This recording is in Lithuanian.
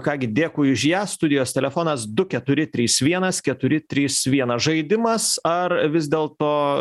ką gi dėkui už ją studijos telefonas du keturi trys vienas keturi trys vienas žaidimas ar vis dėlto